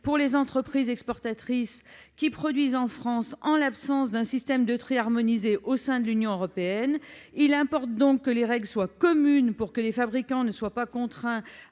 pour les entreprises exportatrices produisant en France, en l'absence d'un système de tri harmonisé au sein de l'Union européenne. Il importe que les règles soient communes afin de ne pas contraindre